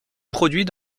produit